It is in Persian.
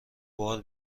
بار